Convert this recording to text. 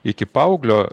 iki paauglio